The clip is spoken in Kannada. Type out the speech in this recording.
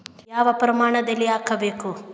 ಯಾವ ಪ್ರಮಾಣದಲ್ಲಿ ಹಾಕಬೇಕು?